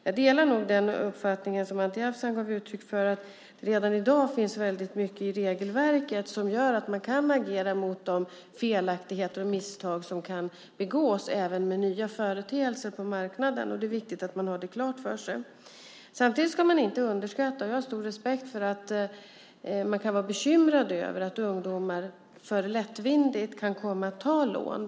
Jag delar uppfattningen som Anti Avsan gav uttryck för, att det redan i dag finns väldigt mycket i regelverket som gör att man kan agera mot de felaktigheter och misstag som kan begås även med nya företeelser på marknaden. Det är viktigt att man har det klart för sig. Samtidigt ska man inte underskatta detta. Jag har stor respekt för att man kan vara bekymrad över att ungdomar för lättvindigt kan komma att ta lån.